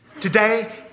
Today